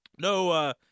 no